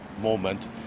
moment